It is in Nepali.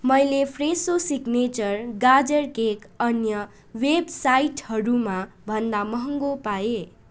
मैले फ्रेसो सिग्नेचर गाजर केक अन्य वेबसाइटहरूमाभन्दा महँगो पाएँ